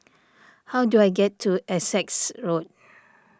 how do I get to Essex Road